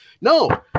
No